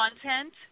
content